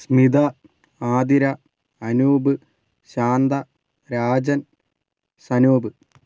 Smitha Athira Anoop Shantha Rajan Sanoop